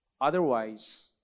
Otherwise